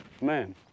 Man